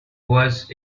was